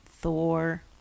Thor